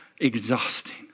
exhausting